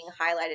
highlighted